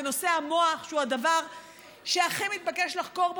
נושא המוח הוא הדבר שהכי מתבקש לחקור בו,